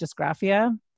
dysgraphia